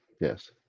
Yes